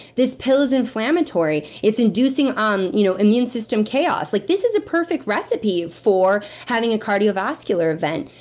this pill is inflammatory. it's inducing um you know immune system chaos. like this is a perfect recipe for having a cardiovascular event.